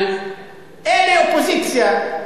אלה אופוזיציה.